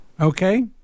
okay